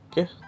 Okay